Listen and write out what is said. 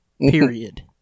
Period